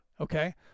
Okay